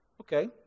Okay